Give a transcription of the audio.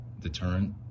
deterrent